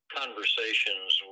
conversations